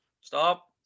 Stop